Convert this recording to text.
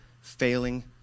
failing